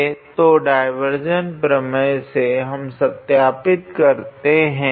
तो डाइवार्जेंस प्रमेय से हम सत्यापित करते है की